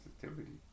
sensitivity